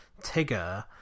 Tigger